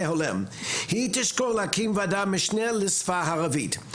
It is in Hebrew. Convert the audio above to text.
הולם היא תשקול להקים ועדת משנה לשפה הערבית.